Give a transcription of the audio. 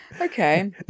okay